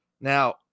Now